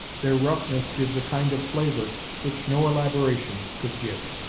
their roughness gives a kind of flavour which no elaboration could give.